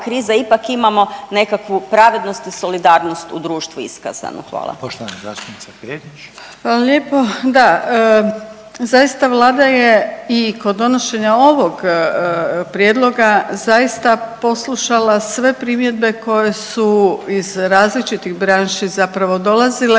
kriza, ipak imamo nekakvu pravednost i solidarnost u društvu iskazanu? Hvala. **Reiner, Željko (HDZ)** Poštovana zastupnica Perić. **Perić, Grozdana (HDZ)** Hvala lijepa. Da, zaista Vlada je i kod donošenja ovog prijedloga zaista poslušala sve primjedbe koje su iz različitih branši zapravo dolazile